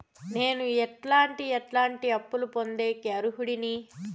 నేను ఎట్లాంటి ఎట్లాంటి అప్పులు పొందేకి అర్హుడిని?